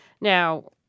Now